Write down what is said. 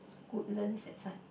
Woodlands that side